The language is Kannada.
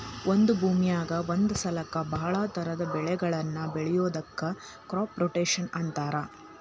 ಒಂದ ಭೂಮಿಯಾಗ ಒಂದ ಸಲಕ್ಕ ಬಹಳ ತರಹದ ಬೆಳಿಗಳನ್ನ ಬೆಳಿಯೋದಕ್ಕ ಕ್ರಾಪ್ ರೊಟೇಷನ್ ಅಂತಾರ